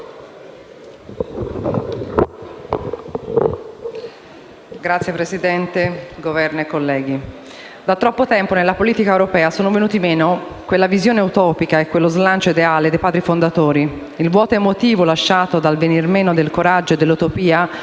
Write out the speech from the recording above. Governo, onorevoli colleghi, da troppo tempo nella politica europea sono venuti meno quella visione utopica e quello slancio ideale dei padri fondatori. Il vuoto emotivo lasciato dal venir meno del coraggio e dell'utopia europeista